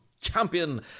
champion